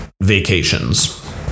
vacations